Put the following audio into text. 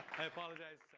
i apologize.